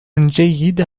جيدة